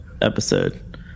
episode